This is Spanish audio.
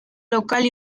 local